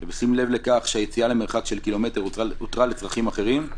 ובשים לב לכך שהיציאה למרחק של קילומטר הותרה לצרכים אחרים,